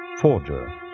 forger